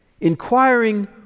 inquiring